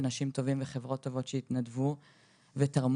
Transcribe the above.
אנשים טובים וחברות טובות שהתנדבו ותרמו.